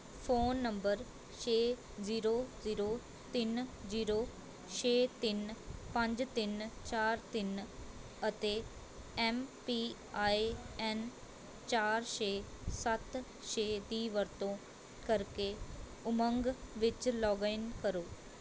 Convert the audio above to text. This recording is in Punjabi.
ਫ਼ੋਨ ਨੰਬਰ ਛੇ ਜ਼ੀਰੋ ਜ਼ੀਰੋ ਤਿੰਨ ਜ਼ੀਰੋ ਛੇ ਤਿੰਨ ਪੰਜ ਤਿੰਨ ਚਾਰ ਤਿੰਨ ਅਤੇ ਐੱਮ ਪੀ ਆਈ ਐੱਨ ਚਾਰ ਛੇ ਸੱਤ ਛੇ ਦੀ ਵਰਤੋਂ ਕਰਕੇ ਉਮੰਗ ਵਿੱਚ ਲੌਗਇਨ ਕਰੋ